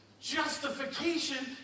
justification